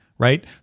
right